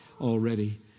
already